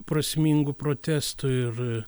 prasmingų protestų ir